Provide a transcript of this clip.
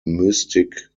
mystic